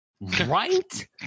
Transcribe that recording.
Right